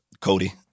Cody